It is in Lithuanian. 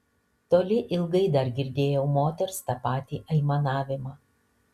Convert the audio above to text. toli ilgai dar girdėjau moters tą patį aimanavimą